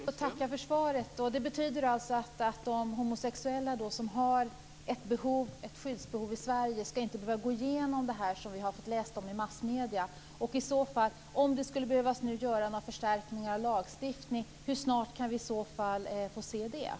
Fru talman! Jag får tacka för svaret. Det betyder alltså att de homosexuella som har ett skyddsbehov i Sverige inte ska behöva gå igenom det som vi har fått läsa om i massmedierna. Om det nu skulle behöva göras några förstärkningar av lagstiftningen undrar jag hur snart vi kan få se dem.